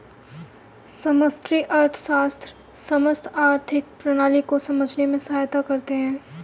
समष्टि अर्थशास्त्र समस्त आर्थिक प्रणाली को समझने में सहायता करता है